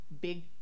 big